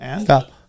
Stop